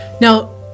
Now